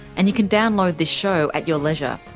and you can download this show at your leisure.